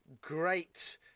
great